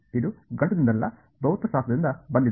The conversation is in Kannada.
ಇದು ಗಣಿತದಿಂದಲ್ಲ ಭೌತಶಾಸ್ತ್ರದಿಂದ ಬಂದಿದೆ